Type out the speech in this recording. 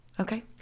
Okay